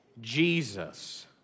Jesus